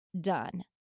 done